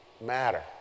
matter